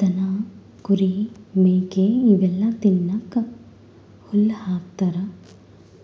ದನ ಕುರಿ ಮೇಕೆ ಇವೆಲ್ಲಾ ತಿನ್ನಕ್ಕ್ ಹುಲ್ಲ್ ಹಾಕ್ತಾರ್